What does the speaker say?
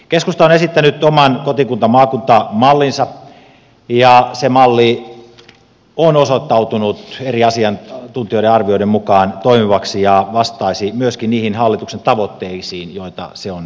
keskusta on esittänyt oman kotikuntamaakunta mallinsa ja se malli on osoittautunut eri asiantuntijoiden arvioiden mukaan toimivaksi ja vastaisi myöskin niihin hallituksen tavoitteisiin joita se on asettanut